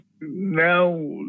now